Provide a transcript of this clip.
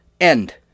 end